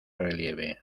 relieve